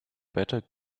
better